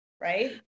right